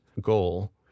goal